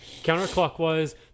counterclockwise